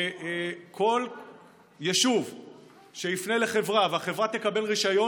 כל יישוב שיפנה לחברה והחברה תקבל רישיון,